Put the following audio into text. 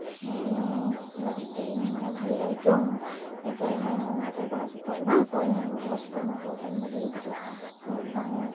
ᱤᱧ ᱞᱟᱹᱜᱤᱫᱛᱮ ᱵᱷᱟᱹᱜᱤ ᱟᱹᱭᱠᱟᱹᱣ ᱟᱹᱭᱠᱟᱹᱣ ᱢᱟᱹᱧ ᱚᱱᱟ ᱨᱮ ᱜᱚᱲ ᱥᱚᱯᱚᱦᱚᱫ ᱮᱢᱟᱣᱟᱠᱚᱣᱟᱹᱧ ᱜᱚᱲᱚᱥᱚᱯᱚᱦᱚᱫ ᱮᱢᱟᱦᱟᱠᱚ ᱞᱮᱠᱷᱟᱱ ᱵᱷᱟᱹᱜᱤ ᱜᱮ ᱵᱩᱡᱷᱟᱹᱜᱼᱟ ᱢᱤᱫ ᱫᱷᱟᱣ